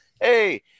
hey